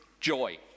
joy